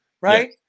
right